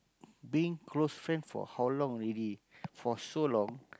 been close friend for how long already for so long